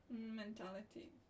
mentality